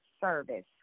service